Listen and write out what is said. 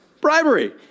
Bribery